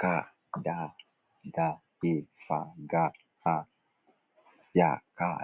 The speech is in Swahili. c d e f g h j k l